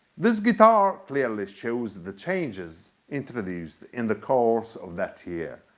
this guitar clearly shows the changes introduced in the course of that year.